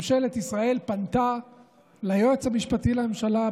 ממשלת ישראל פנתה ליועץ המשפטי לממשלה,